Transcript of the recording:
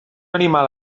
animal